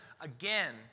again